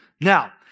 Now